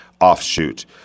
offshoot